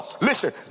Listen